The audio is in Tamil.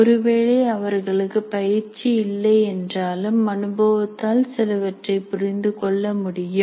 ஒருவேளை அவர்களுக்கு பயிற்சி இல்லை என்றாலும் அனுபவத்தால் சிலவற்றை புரிந்து கொள்ள முடியும்